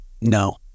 no